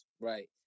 Right